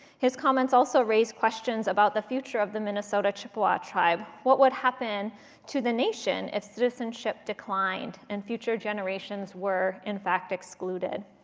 his comments also raise questions about the future of the minnesota chippewa tribe. what would happen to the nation if citizenship declined and future generations were, in fact, excluded?